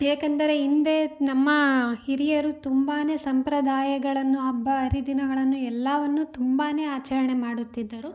ಏಕೆಂದರೆ ಹಿಂದೆ ನಮ್ಮ ಹಿರಿಯರು ತುಂಬಾ ಸಂಪ್ರದಾಯಗಳನ್ನು ಹಬ್ಬ ಹರಿದಿನಗಳನ್ನು ಎಲ್ಲವನ್ನು ತುಂಬಾ ಆಚರಣೆ ಮಾಡುತ್ತಿದ್ದರು